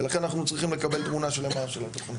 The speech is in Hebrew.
לכן אנחנו צריכים לקבל תמונה שלמה של התכנית.